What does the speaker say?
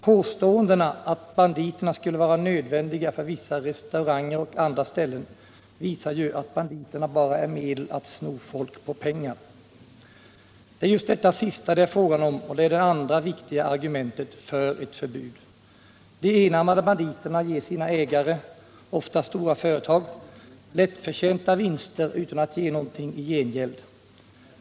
Påståendena att banditerna skulle vara nödvändiga för vissa restauranger och andra ställen visar ju att banditerna bara är medel att sno folk på pengar.” Det är just detta sista det är frågan om, och det är det andra viktiga argumentet för ett förbud. De enarmade banditerna ger sina ägare, oftast stora företag, lättförtjänta vinster utan att ge något i gengäld.